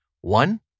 One